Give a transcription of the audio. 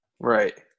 Right